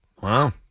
Wow